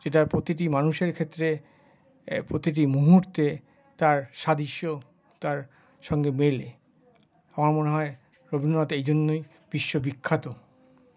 যেটা প্রতিটি মানুষের ক্ষেত্রে প্রতিটি মুহূর্তে তার সাদৃশ্য তার সঙ্গে মেলে আমার মনে হয় রবীন্দ্রনাথ এই জন্যই বিশ্ববিখ্যাত